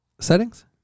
settings